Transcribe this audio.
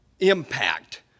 impact